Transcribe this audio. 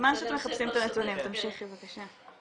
בזמן שאתם מחפשים את הנתונים, תמשיכי, בבקשה.